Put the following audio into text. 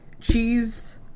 cheese